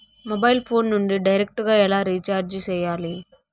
mobile phone నుండి direct గా ఎలా రీచార్జి సేయాలి